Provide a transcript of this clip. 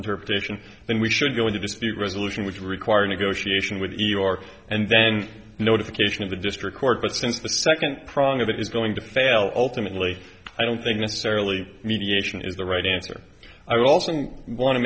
interpretation then we should go with the dispute resolution which requires negotiation with york and then notification of the district court but since the second prong of that is going to fail ultimately i don't think necessarily mediation is the right answer i also want to